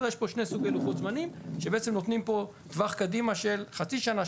יש פה שני סוגי לוחות זמנים שנותנים טווח קדימה של חצי שנה,